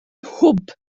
hwb